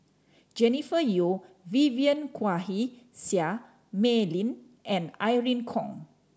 Jennifer Yeo Vivien Quahe Seah Mei Lin and Irene Khong